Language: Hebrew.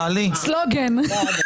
סלוגן.